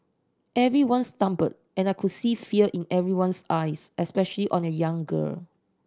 everyone stumbled and I could see fear in everyone's eyes especially on a young girl